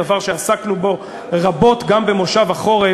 דבר שעסקנו בו רבות גם במושב החורף,